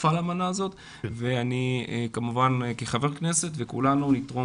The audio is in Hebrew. הצטרפה לאמנה וכחבר כנסת וכולנו נתרום